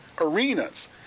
arenas